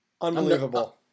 Unbelievable